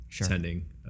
attending